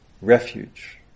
refuge